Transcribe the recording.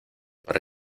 para